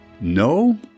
No